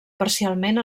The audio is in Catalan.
parcialment